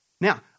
Now